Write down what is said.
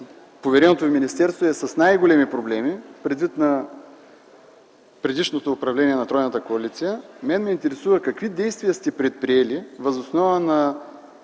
повереното Ви министерство е с най-големи проблеми, предвид предишното управление на тройната коалиция, ме интересува какви действия сте предприели въз основа на